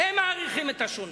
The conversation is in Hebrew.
הם מעריכים את השונה,